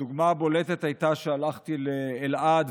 הדוגמה הבולטת הייתה שהלכתי לאלעד,